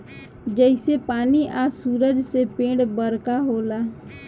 जइसे पानी आ सूरज से पेड़ बरका होला